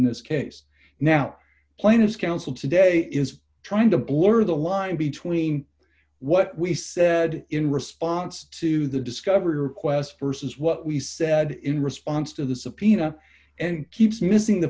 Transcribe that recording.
this case now plain as council today is trying to blur the line between what we said in response to the discovery request versus what we said in response to the subpoena and keeps missing the